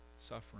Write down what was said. suffering